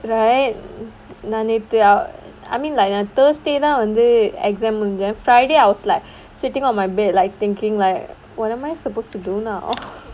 right நான் நேத்து:naan nethu I mean like thursday தான் வந்து:thaan vanthu exam முடிச்சிட்டேன்:mudichittaen friday I was like sitting on my bed like thinking like what am I supposed to do now